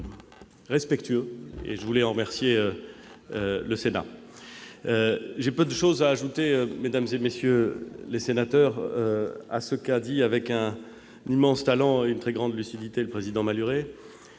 que celui-ci et je voulais en remercier le Sénat. J'ai peu de choses à ajouter, mesdames, messieurs les sénateurs, à ce qu'a dit avec un immense talent et une très grande lucidité le président Malhuret.Je